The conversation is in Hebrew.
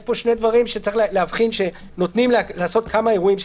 יש פה שני דברם שיש להבחין נותנים לעשות כמה אירועים,